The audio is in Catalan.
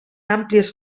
àmplies